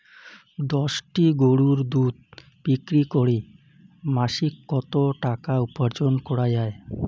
দশটি গরুর দুধ বিক্রি করে মাসিক কত টাকা উপার্জন করা য়ায়?